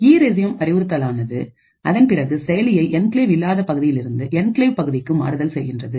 resume அறிவுறுத்தல் ஆனது அதன் பிறகு செயலியை என்கிளேவ் இல்லாத பகுதியிலிருந்து என்கிளேவ் பகுதிக்கு மாறுதல் செய்கிறது